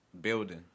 building